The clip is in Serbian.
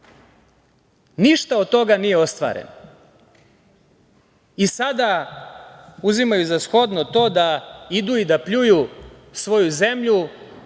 Ništa od toga nije ostvareno. Sada uzimaju za shodno to da idu i da pljuju svoju zemlju